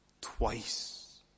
Twice